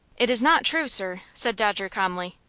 it is not true, sir, said dodger, calmly,